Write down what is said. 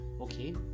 Okay